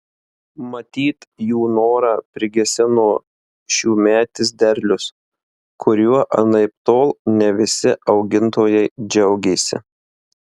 matyt jų norą prigesino šiųmetis derlius kuriuo anaiptol ne visi augintojai džiaugėsi